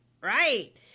right